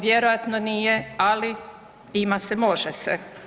Vjerojatno nije, ali ima se, može se.